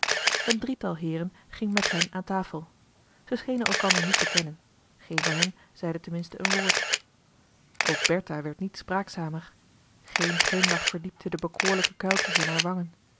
een drietal heeren ging met hen aan tafel zij schenen elkander niet te kennen geen van hen zeide ten minste een woord ook bertha werd niet spraakzamer geen glimlach verdiepte de bekoorlijke kuiltjes in haar wangen